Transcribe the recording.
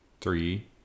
three